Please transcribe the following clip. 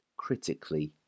Critically